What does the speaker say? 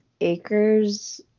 Acres